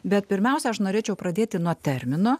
bet pirmiausia aš norėčiau pradėti nuo termino